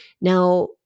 Now